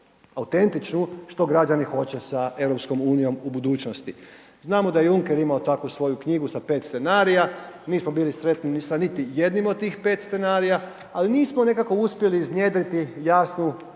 autentičnu što građani hoće sa EU u budućnosti. Znamo da je Juncker imao takvu svoju knjigu sa 5 scenarija, nismo bili sretni ni sa niti jednim od tih 5 scenarija, ali nismo nekako uspjeli iznjedriti jasnu